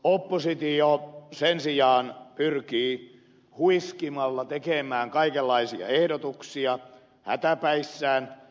oppositio sen sijaan pyrkii huiskimalla tekemään kaikenlaisia ehdotuksia hätäpäissään